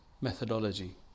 methodology